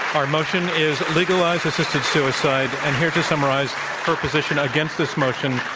our motion is legalize assisted suicide. and here to summarize her position against this motion,